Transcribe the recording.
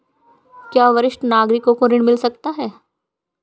क्या वरिष्ठ नागरिकों को ऋण मिल सकता है?